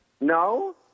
No